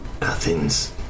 Athens